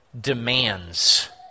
demands